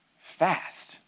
fast